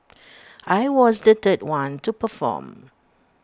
I was the third one to perform